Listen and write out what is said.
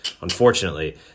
unfortunately